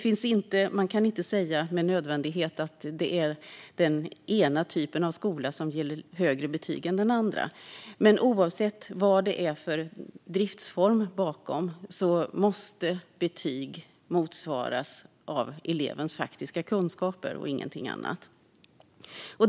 Man kan alltså inte med nödvändighet säga att det är den ena typen av skola som ger högre betyg än den andra. Men oavsett vad det är för driftsform bakom måste betyg motsvaras av elevens faktiska kunskaper och ingenting annat.